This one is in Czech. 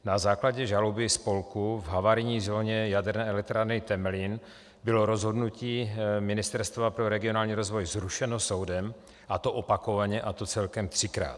Na základě žaloby spolku v havarijní zóně Jaderné elektrárny Temelín bylo rozhodnutí Ministerstva pro regionální rozvoj zrušeno soudem, a to opakovaně, a to celkem třikrát.